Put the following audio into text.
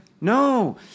No